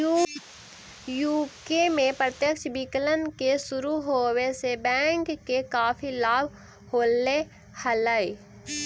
UK में प्रत्यक्ष विकलन के शुरू होवे से बैंक के काफी लाभ होले हलइ